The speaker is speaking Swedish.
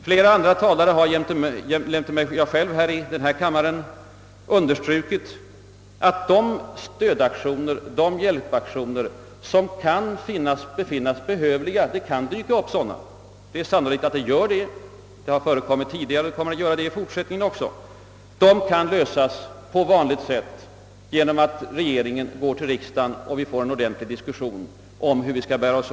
Jag själv och flera andra talare i denna kammare har understrukit, att de stödaktioner som kan bli nödvändiga — behov av Ssådana har funnits tidigare och kommer säkert att finnas även i framtiden — bör åstadkommas på vanligt sätt genom att regeringen när en stödaktion behövs framlägger förslag för riksdagen, där vi kan få en ordentlig diskussion om hur vi bör gå till väga.